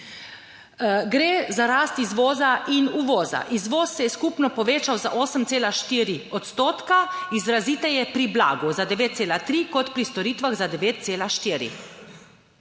Gre za rast izvoza in uvoza. Izvoz se je skupno povečal za 8,4 odstotka, izraziteje pri blagu za 9,3 kot pri storitvah za 9,4.